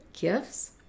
gifts